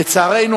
לצערנו,